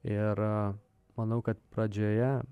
ir manau kad pradžioje